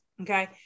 Okay